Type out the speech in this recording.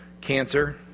cancer